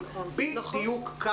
בדיוק.